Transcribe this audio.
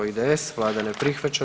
IDS, Vlada ne prihvaća.